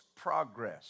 progress